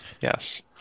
Yes